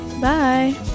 Bye